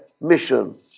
mission